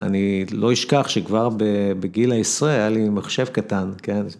אני לא אשכח שכבר בגיל העשרה היה לי מחשב קטן, כן?